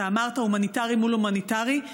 אתה אמרת: הומניטרי מול הומניטרי.